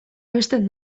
abesten